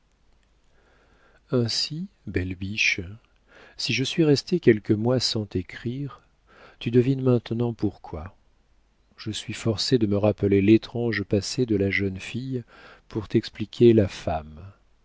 ainsi belle biche si je suis restée quelques mois sans t'écrire tu devines maintenant pourquoi je suis forcée de me rappeler l'étrange passé de la jeune fille pour t'expliquer la femme